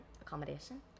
accommodation